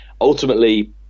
ultimately